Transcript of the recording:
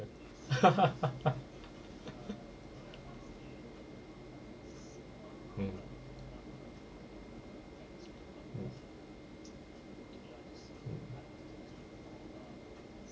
mm mm mm